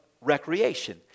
recreation